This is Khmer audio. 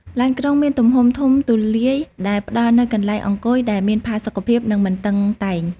ឡានក្រុងមានទំហំធំទូលាយដែលផ្តល់នូវកន្លែងអង្គុយដែលមានផាសុកភាពនិងមិនតឹងតែង។